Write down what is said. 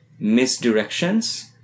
misdirections